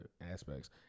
aspects